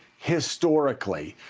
historically,